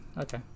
Okay